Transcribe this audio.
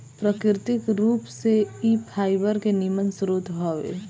प्राकृतिक रूप से इ फाइबर के निमन स्रोत हवे